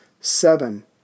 seven